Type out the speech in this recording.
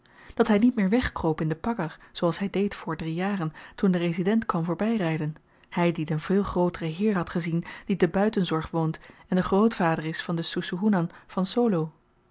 dat hy niet meer wegkroop in de pagger zooals hy deed voor drie jaren toen de resident kwam voorbyryden hy die den veel grooteren heer had gezien die te buitenzorg woont en de grootvader is van den soesoehoenan van solo